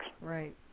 Right